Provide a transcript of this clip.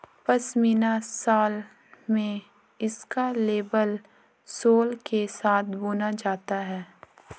pashmina shawl में इसका label सोल के साथ बुना जाता है